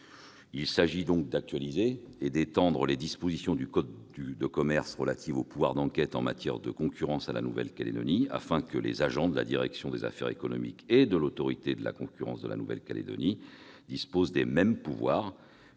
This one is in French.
Il s'agit d'actualiser et d'étendre les dispositions du code de commerce relatives aux pouvoirs d'enquête en matière de concurrence à la Nouvelle-Calédonie, afin que les agents de la direction des affaires économiques et de l'autorité de la concurrence de la Nouvelle-Calédonie disposent des mêmes pouvoirs